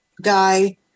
guy